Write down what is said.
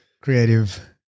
creative